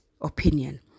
opinion